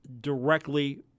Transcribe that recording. directly